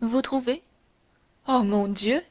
vous vous trouvez ah mon dieu